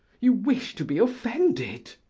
you wish to be offended.